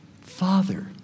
Father